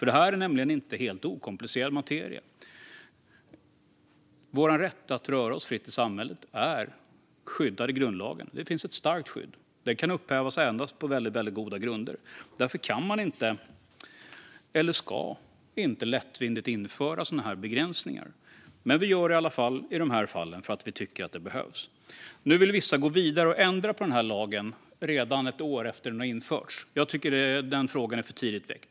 Det här är nämligen inte helt okomplicerad materia. Rätten att röra sig fritt i samhället är skyddad i grundlagen. Det finns ett starkt skydd; det kan upphävas endast på väldigt goda grunder. Därför kan - eller ska - man inte lättvindigt införa sådana här begränsningar. Vi gör det dock i de här fallen därför att vi tycker att det behövs. Nu vill vissa gå vidare och ändra på den här lagen redan ett år efter att den infördes. Jag tycker att denna fråga är för tidigt väckt.